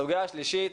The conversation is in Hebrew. הסוגיה השלישית,